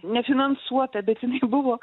nefinansuota bet jinai buvo